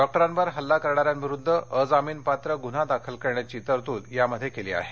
डॉक्टरांवर हल्ला करणाऱ्यांविरुद्ध अजामीनपात्र गुन्हा दाखल करण्याची तरतूद यामध्ये केली आहे